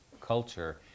culture